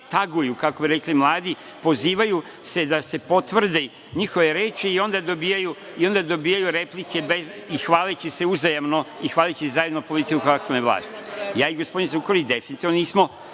taguju, kako bi rekli mladi, pozivaju se da se potvrde njihove reči i onda dobijaju replike, hvaleći se uzajamno i hvaleći zajedno politiku aktuelne vlasti. Ja i gospodin Zukorlić definitivno nismo